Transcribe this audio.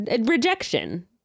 rejection